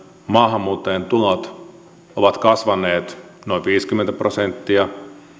maahanmuuttajien tulot ovat kasvaneet noin viisikymmentä prosenttia